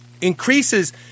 increases